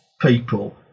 people